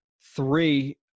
Three